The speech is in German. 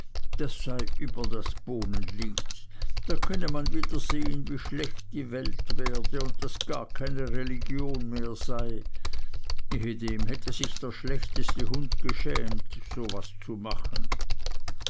das sei über das bohnenlied da könne man wieder sehen wie schlecht die welt werde und daß gar keine religion mehr sei ehedem hätte sich der schlechteste hund geschämt so was zu machen